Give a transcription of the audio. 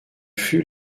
fut